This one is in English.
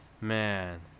Man